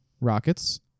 rockets